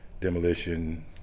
demolition